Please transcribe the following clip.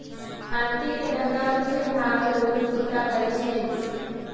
जमानती कें तनका कुछे भाग लोन चुक्ता करै छइ